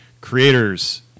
creators